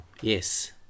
yes